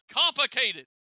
complicated